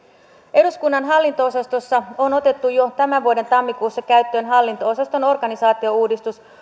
eduskunnan hallinto osastossa on otettu jo tämän vuoden tammikuussa käyttöön hallinto osaston organisaatiouudistus